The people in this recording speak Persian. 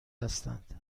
هستند